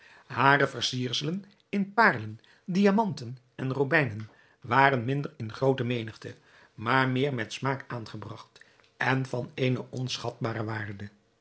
hare versierselen in paarlen diamanten en robijnen waren minder in groote menigte maar meer met smaak aangebragt en van eene onschatbare waarde